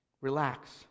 Relax